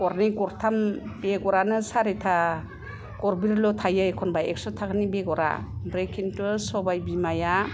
गरनै गरथाम बेगरानो सारिथा गरब्रैल' थायो एखनबा एक्स' थाखानि बेगरा ओमफ्राय खिन्थु सबाय बिमाया